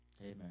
Amen